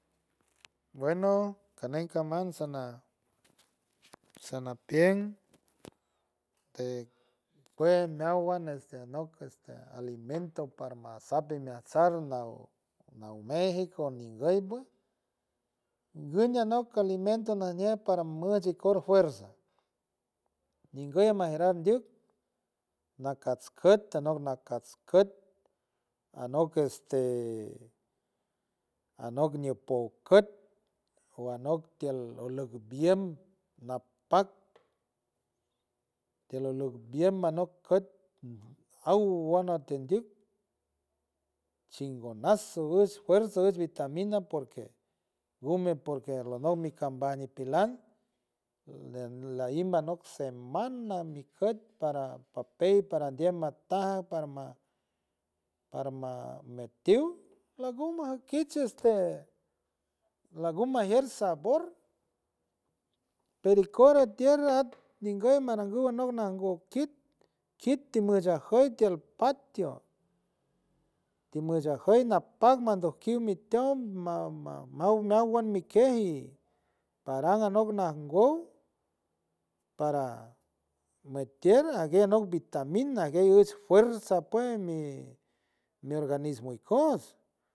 Bueno canuy cambaj sana sana piemp te we meowan este anock, este alimento para masapi masart naow, nauw méxico nguy pue nguño anock alimento najñej para mboch ikoots fuerza nguy amajerar ndyuk nakatskut a no nakatskut anock este anock ñupok kut o anocktiel dok mbiemb mapak tiel uluk mbiemb mano kut awanante ndyuk chingonazo gus fuerza, gus vitamina porque gu me porque alock nicambajat para nikut pilan de lailan nok semana mi kut para papey para nde mataj para ma, para ma mitiow laguma akits este laguma xier sabor, pericor atier ad nguy maranguy andoj nguow kit kiti mushua jot tiel patio timushua joy napaj anokeoy mituow mama maowan mikeji paran anop najnguown para metier agueoy vitamina agueoy guis fuerza pue mi, mi organismo ikoots.